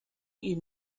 ihn